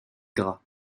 gras